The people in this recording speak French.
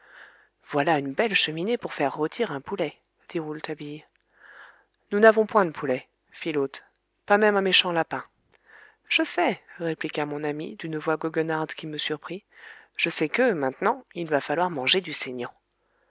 voilà une belle cheminée pour faire rôtir un poulet dit rouletabille nous n'avons point de poulet fit l'hôte pas même un méchant lapin je sais répliqua mon ami d'une voix goguenarde qui me surprit je sais que maintenant il va falloir manger du saignant